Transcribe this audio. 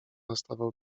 nastawał